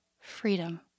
freedom